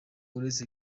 uretse